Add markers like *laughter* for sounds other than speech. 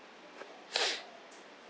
*noise*